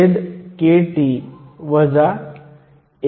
तर current Iso म्हणजे 2